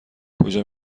کجا